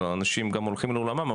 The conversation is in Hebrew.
אנשים הולכים לעולמם,